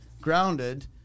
grounded